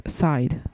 side